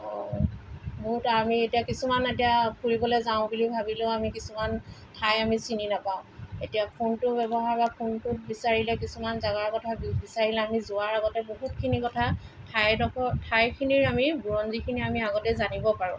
বহুত আমি এতিয়া কিছুমান এতিয়া ফুৰিবলৈ যাওঁ বুলি ভাবিলেও আমি কিছুমান ঠাই আমি চিনি নাপাওঁ এতিয়া ফোনটো ব্যৱহাৰ বা ফোনটোত বিচাৰিলে কিছুমান জাগাৰ কথা বিচাৰিলে আমি যোৱাৰ আগতে বহুতখিনি কথা ঠাইডখৰ ঠাইখিনিৰ আমি বুৰঞ্জীখিনি আমি আগতেই জানিব পাৰোঁ